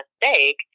mistake